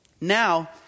now